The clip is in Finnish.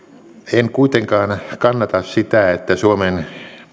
en kuitenkaan kannata sitä että suomen